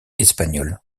espagnole